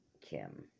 Kim